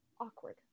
awkward